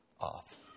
off